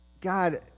God